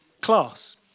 class